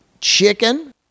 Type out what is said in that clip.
chicken